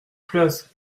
place